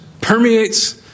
permeates